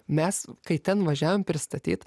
mes kai ten važiavom pristatyt